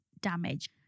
damage